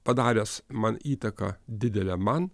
padaręs man įtaką didelę man